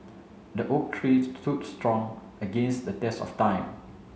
the oak tree stood strong against the test of time